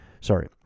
Sorry